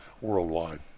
worldwide